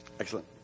Excellent